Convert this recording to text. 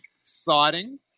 exciting